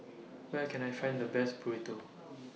Where Can I Find The Best Burrito